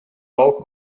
rauch